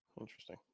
Interesting